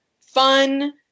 fun